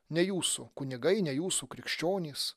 ne jūsų kunigai ne jūsų krikščionys